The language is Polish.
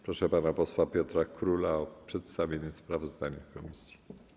Proszę pana posła Piotra Króla o przedstawienie sprawozdania komisji.